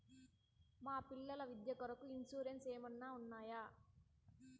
మా పిల్లల విద్య కొరకు ఇన్సూరెన్సు ఏమన్నా ఉన్నాయా?